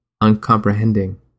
uncomprehending